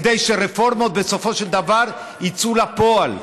כדי שרפורמות בסופו של דבר יצאו לפועל.